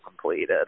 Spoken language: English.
completed